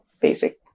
basic